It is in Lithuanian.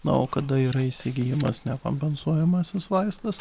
na o kada yra įsigijimas nekompensuojamasis vaistas